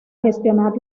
gestionar